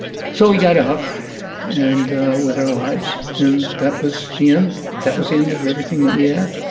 so we got out and with our lives, and that was the end that was the end of everything that we had